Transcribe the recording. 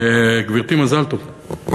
גברתי, מזל טוב.